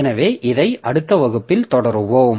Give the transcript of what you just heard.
எனவே இதை அடுத்த வகுப்பில் தொடருவோம்